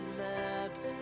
maps